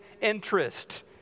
interest